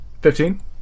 Fifteen